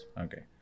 Okay